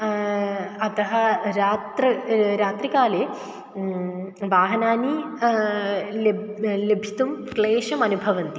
अतः रात्र रात्रिकाले वाहनानि लभ्यं लब्धुं क्लेशम् अनुभवन्ति